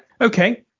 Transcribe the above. Okay